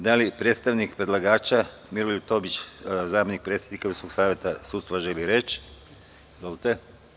Da li predstavnik predlagača Miroljub Tomić, zamenik predsednika Visokog saveta sudstva, želi reč? (Da.) Izvolite.